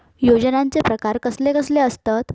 योजनांचे प्रकार कसले कसले असतत?